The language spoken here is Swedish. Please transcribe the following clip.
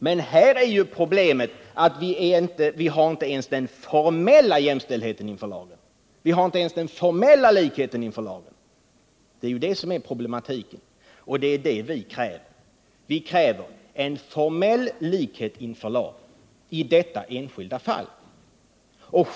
Men här är problemet att vi inte ens har den formella jämställdheten och likheten inför lagen. Det är det som är problematiken, och vi kräver en formell likhet inför lagen i detta enskilda fall.